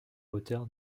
auteur